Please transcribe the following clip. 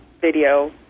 video